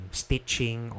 stitching